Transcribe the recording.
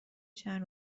چند